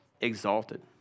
exalted